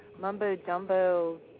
mumbo-jumbo